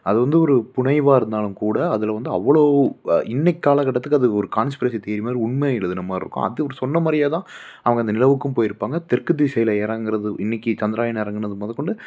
அது வந்து ஒரு புனைவாக இருந்தாலும் கூட அதில் வந்து அவ்வளோ இன்றைக்கி காலக்கட்டத்துக்கு அது ஒரு கான்ஸ்பிரசி தியரி மாதிரி உண்மையை எழுதின மாதிரி இருக்கும் அது சொன்ன மாதிரியே தான் அவங்க அந்த நிலவுக்கும் போயிருப்பாங்கள் தெற்கு திசையில் இறங்குறது இன்றைக்கு சந்திராயன் இறங்குனது முதக்கொண்டு